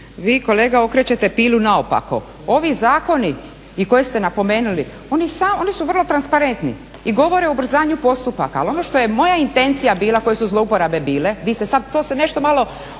Vi kolega okrećete pilu naopako. Ovi zakoni i koje ste napomenuli, oni su vrlo transparentni i govore o ubrzanju postupaka, ali ono što je moja intencija bila, koje su zlouporabe bile, vi ste sad se nešto malo